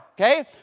okay